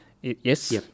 Yes